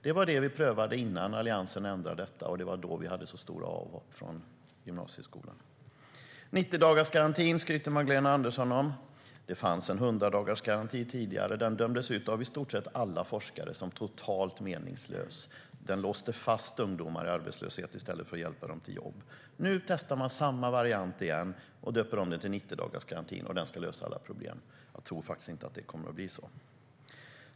Det var det vi prövade innan Alliansen ändrade detta, och det var då vi hade stora avhopp från gymnasieskolan. Magdalena Andersson skryter om 90-dagarsgarantin. Det fanns en 100-dagarsgaranti tidigare. Den dömdes ut av i stort sett alla forskare som totalt meningslös. Den låste fast ungdomar i arbetslöshet i stället för att hjälpa dem till jobb. Nu testar man samma variant igen och döper om den till 90-dagarsgarantin. Den ska lösa alla problem. Jag tror faktiskt inte att det kommer att bli så.